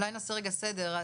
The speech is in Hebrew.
אולי נעשה רגע סדר.